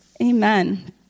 Amen